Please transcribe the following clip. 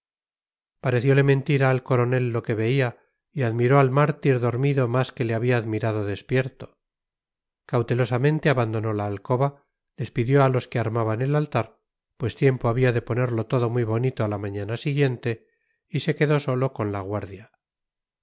cavilaciones pareciole mentira al coronel lo que veía y admiró al mártir dormido más que le había admirado despierto cautelosamente abandonó la alcoba despidió a los que armaban el altar pues tiempo había de ponerlo todo muy bonito a la mañana siguiente y se quedó solo con la guardia